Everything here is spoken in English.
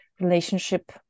relationship